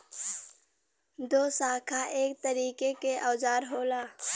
दोशाखा एक तरीके के औजार होला